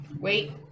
Wait